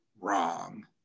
wrong